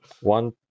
One